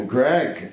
Greg